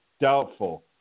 doubtful